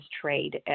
trade